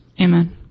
Amen